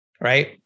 Right